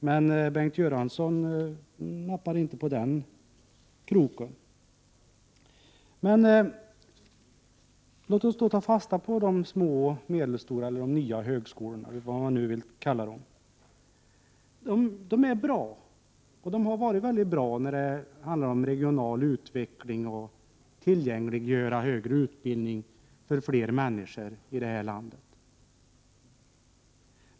Men Bengt Göransson nappade inte på den kroken. Låt oss då ta fasta på de små och medelstora högskolorna. De är bra, och de har varit mycket bra när det handlar om regional utveckling och att tillgängliggöra högre utbildning för fler människor i det här landet.